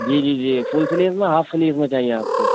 جی جی جی full sleeve میں ہاف سلیو میں چاہیے آپ کو